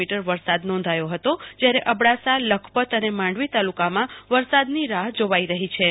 મી વરસાદ નોંધાયો હત જ્યારે અબડાસાલખપત અને માંડવી તાલુકામાં વરસાદની રાહ્ જોવાઈ રહીછે